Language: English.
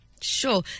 Sure